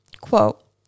quote